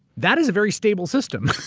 that is a very stable system.